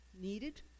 needed